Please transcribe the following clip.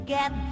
Get